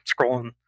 scrolling